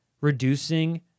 reducing